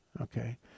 Okay